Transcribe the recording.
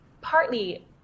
partly